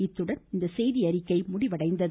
இத்துடன் இந்த செய்தியறிக்கை முடிவடைந்தது